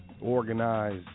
Organized